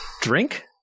Drink